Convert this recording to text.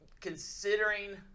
considering